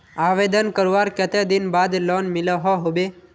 आवेदन करवार कते दिन बाद लोन मिलोहो होबे?